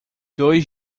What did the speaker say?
dois